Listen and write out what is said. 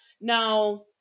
Now